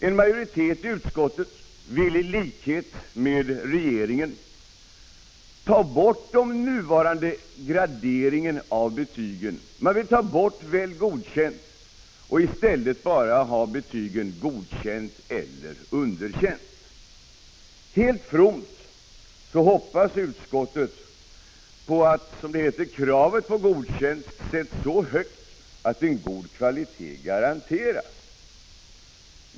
En majoritet i utskottet vill, i likhet med regeringen, ta bort den nuvarande graderingen av betygen. Man vill ta bort Väl godkänt och i stället bara ha betygen Godkänt eller Underkänt. Helt fromt hoppas utskottet på att, som det heter, kravet på godkänt sätts så högt att en god kvalitet garanteras.